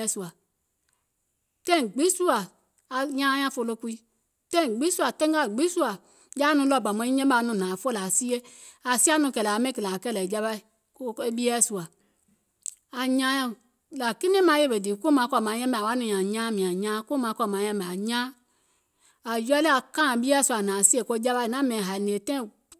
ȧŋ folo taìŋ gbiŋ sùȧ aŋ nyaaŋ nyȧŋ folo kuii, taìŋ gbiŋ sùȧ teenga gbiŋ sùȧ jaȧ nɔŋ ɗɔɔ bȧ maŋ nyiŋ yɛmɛ̀ aŋ fòlȧ aŋ hnȧŋ aŋ sie, aŋ siȧ nɔŋ kɛ̀lɛ̀ɛ̀ aŋ kìlȧ aŋ kɛ̀ɛ̀ ɓieɛ̀ sùȧ aŋ nyaaŋ nyȧŋ nȧȧŋ kinɛiŋ maŋ yèwè dìì kui maŋ kɔ̀ maŋ nyiŋ yɛmɛ̀, ȧŋ woȧ nɔŋ nyȧȧŋ nyaaŋ mìàŋ nyaaŋ, kuŋ maŋ kɔ̀ maŋ yɛ̀mɛ̀ aŋ nyaaŋ ȧŋ ready aŋ kààìŋ bieɛ̀ sùȧ aŋ hnȧŋ aŋ sìè jawaì è naŋ mɛ̀iŋ haì ngèè aŋ nyaaŋ nyȧŋ yaȧ mɛ̀iŋ jìwà sùȧ nyùùŋ ɓieɛ̀ sùȧ, sɔɔ̀ ȧŋ naŋ kiȧ gè anyùùŋ ko fàà wɛɛ̀ŋ, wo gomɛŋtìɔ naŋ tùɔ̀ŋ anyùùŋ, wèè aŋ kui ka aŋ nyaaŋ bi aŋ nyiŋ noo gè, aŋ naŋ kɔ̀ taìŋ gbìŋ ȧŋ yaȧ ɓùlìè gboo weè nyiŋ, ȧŋ mɛ̀iŋ nìȧŋ tiinȧŋ ȧŋ naŋ fòlò, ȧŋ yaȧ nɔŋ hìnìè ko nɛ̀ɛ̀ŋ nyiŋ niìŋ maŋ dùȧŋ dùaŋ, ȧŋ dùȧŋ ȧŋ naaŋ yèwè ȧŋ naŋ jòwò ko jawaì, ɗɔɔ jiɛ̀jiɛ̀ miɛ̀ŋ lii wèè ka yɛ̀mɛ̀ nyaaŋ, kɛɛ ko màŋfàla maŋ yɛ̀mɛ̀ nyaaŋ, wò hnȧŋ nɔŋ siȧ nɔŋ kɛ̀lɛ̀ɛ̀ wo kìlȧ wo kɛ̀ɛ̀ ɓieɛ̀ sùȧ.